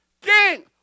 king